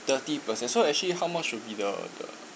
thirty percent so actually how much will be the the